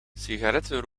sigaretten